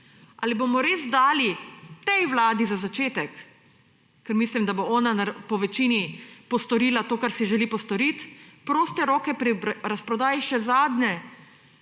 Ali bomo res dali tej Vladi za začetek, ker mislim, da bo ona po večini postorila to, kar si želi postorit, proste roke pri razprodaji še zadnjega